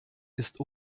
ist